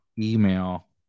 email